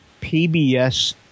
PBS